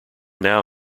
now